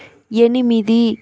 ఎనిమిది